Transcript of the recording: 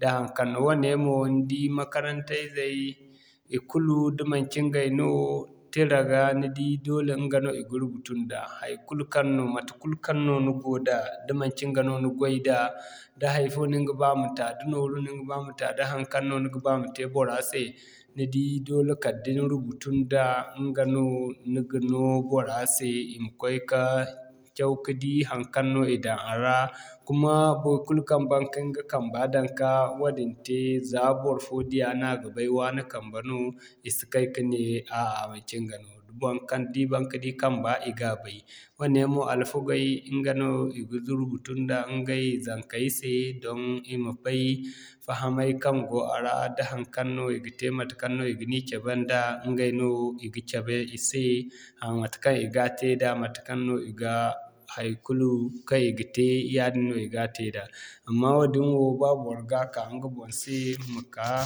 da haŋkaŋ no. Wane mo ni di makaranta izey ikulu, da manci ɲgay no tira ga ni di doole ɲga no i ga rubutu nda. Haikulu kaŋ no matekul kaŋ no ni go da, da manci ɲga no ni gway da da hay'fo no ni ga ba ma ta da nooru ni ga ba ma ta da haŋkaŋ no ni ga ba ma te bora se ni di doole kala da ni rubutu nda ɲga no, ni ga no bora se a ma koy ka caw ka di haŋkaŋ no i daŋ a ra. Kuma baikulu kaŋ baŋ kin ga kamba daŋ ka wadin te za barfo diya no a ga bay waane kambe no i si kay kane a'a manci ɲga no, baŋkaŋ da i baŋ ka di kamba i ga bay. Wane mo alfagey ɲga no i ga rubutu nda ɲgay zaŋkay se, don i ma bay fahamay kaŋ go a ra da da haŋkaŋ no i ga te matekaŋ i ga ni cabe nda ɲgay no i ga cabe i se a matekaŋ i ga te da matekaŋ no i ga haikulu kaŋ i ga te yaadin no i ga te da. Amma woodin wo ba bor ga ka ɲga boŋ se i ma kaa.